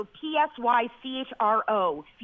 P-S-Y-C-H-R-O